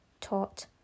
taught